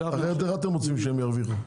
איך אתם רוצים שהם ירוויחו?